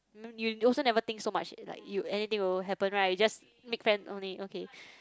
you also never think so much like you anything will happen right just make friends only okay